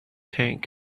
tank